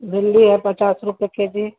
भिन्डी है पचास रुपये के जी